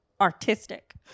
artistic